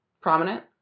prominent